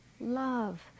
love